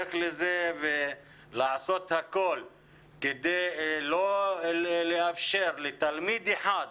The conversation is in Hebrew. להיערך לזה ולעשות הכול כדי לא לאפשר ולו לתלמיד אחר,